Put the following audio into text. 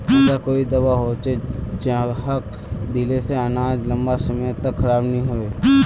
ऐसा कोई दाबा होचे जहाक दिले से अनाज लंबा समय तक खराब नी है?